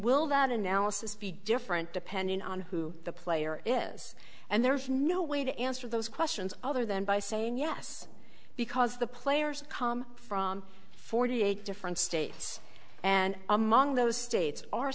will that analysis be different depending on who the player is and there's no way to answer those questions other than by saying yes because the players come from forty eight different states and among those states